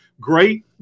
great